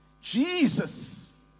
Jesus